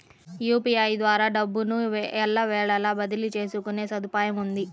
UPI ద్వారా డబ్బును ఎల్లవేళలా బదిలీ చేసుకునే సదుపాయముంది